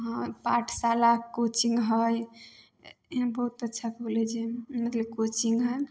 आओर पाठशाला कोचिंग हइ ई बहुत अच्छा कॉलेज हइ मतलब कोचिंग हइ